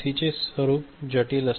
चे स्वरूप जटिल असतात